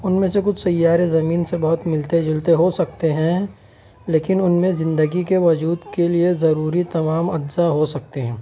ان میں سے کچھ سیارے زمین سے بہت ملتے جلتے ہو سکتے ہیں لیکن ان میں زندگی کے وجود کے لیے ضروری تمام اجزا ہو سکتے ہیں